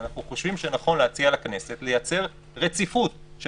אנחנו חושבים שנכון להציע לכנסת לייצר רציפות כך